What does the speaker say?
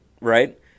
right